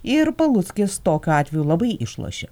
ir paluckis tokiu atveju labai išlošė